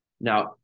Now